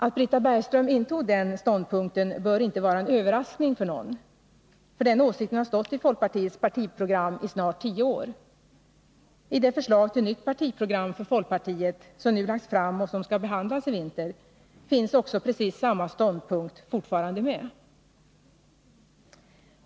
Att Britta Bergström intog den ståndpunkten bör inte vara en överraskning för någon, eftersom den åsikten har stått i folkpartiets partiprogram i snart tio år. I det förslag till nytt partiprogram för folkpartiet som nu lagts fram och som skall behandlas i vinter finns också precis samma ståndpunkt fortfarande med.